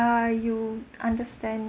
you understand